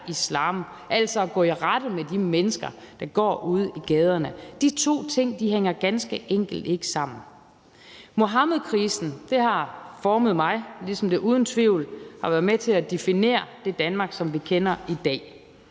altså at gå i rette med de mennesker, der går ude i gaderne. De to ting hænger ganske enkelt ikke sammen. Kl. 10:58 Muhammedkrisen har formet mig, ligesom den uden tvivl har været med til at definere det Danmark, som vi kender i dag.